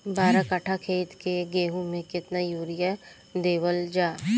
बारह कट्ठा खेत के गेहूं में केतना यूरिया देवल जा?